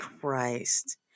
Christ